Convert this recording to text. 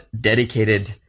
dedicated